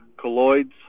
Colloids